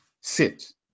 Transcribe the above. sit